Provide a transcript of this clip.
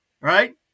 Right